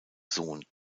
sohn